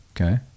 Okay